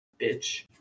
bitch